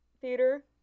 theater